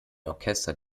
orchester